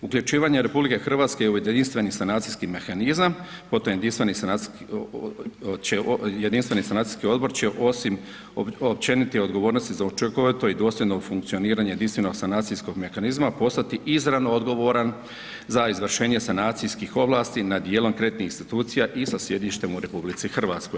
Uključivanje RH u Jedinstveni sanacijski mehanizam, potom Jedinstveni sanacijski odbor će osim općenite odgovornosti za učinkovito i dosljedno funkcioniranje Jedinstvenog sanacijskog mehanizma postati izravno odgovaran za izvršenje sanacijskih ovlasti nad dijelom kreditnih institucija i sa sjedištem u RH.